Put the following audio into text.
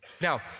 Now